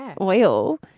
oil